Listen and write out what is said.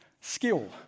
skill